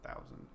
thousand